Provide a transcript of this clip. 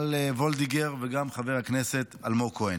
מיכל וולדיגר וגם חבר הכנסת אלמוג כהן.